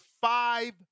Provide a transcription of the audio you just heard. five